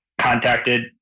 contacted